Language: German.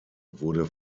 wurde